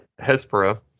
Hespera